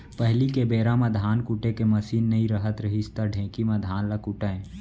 पहिली के बेरा म धान कुटे के मसीन नइ रहत रहिस त ढेंकी म धान ल कूटयँ